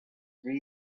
esperu